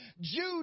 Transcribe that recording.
Jude